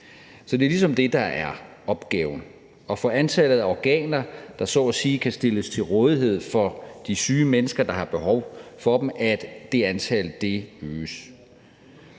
Så det er ligesom det, der er opgaven: at få antallet af organer, der så at sige kan stilles til rådighed for de syge mennesker, der har behov for dem, øget.